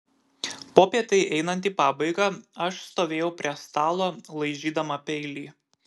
popietei einant į pabaigą aš stovėjau prie stalo laižydama peilį